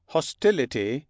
Hostility